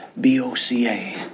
B-O-C-A